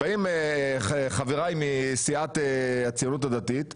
באים חבריי מסיעת הציונות הדתית ואומרים: